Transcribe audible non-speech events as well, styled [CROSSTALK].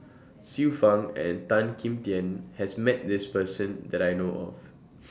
Xiu Fang and Tan Kim Tian has Met This Person that I know of [NOISE]